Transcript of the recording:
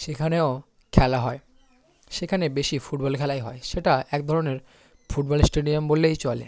সেখানেও খেলা হয় সেখানে বেশি ফুটবল খেলাই হয় সেটা এক ধরনের ফুটবলের স্টেডিয়াম বললেই চলে